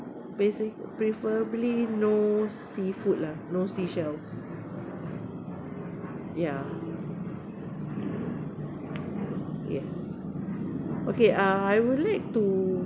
basic preferably no seafood lah no seashells ya yes okay uh I would like to